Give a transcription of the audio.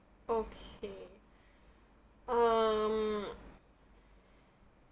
okay um